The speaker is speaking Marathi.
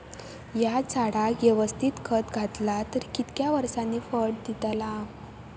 हया झाडाक यवस्तित खत घातला तर कितक्या वरसांनी फळा दीताला?